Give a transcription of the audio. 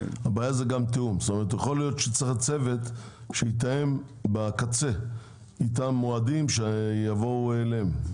יכול להיות שצריך צוות שיתאם בקצה מועדים שיבואו אליהם.